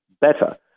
better